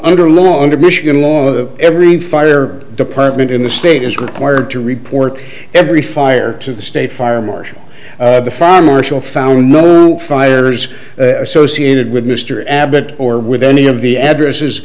under a law under michigan law of every fire department in the state is required to report every fire to the state fire marshal the farmer shall found no fires associated with mr abbott or with any of the addresses